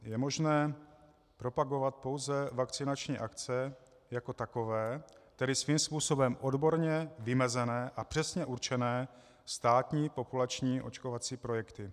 Je možné propagovat pouze vakcinační akce jako takové, tedy svým způsobem odborně vymezené a přesně určené státní populační očkovací projekty.